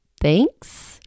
thanks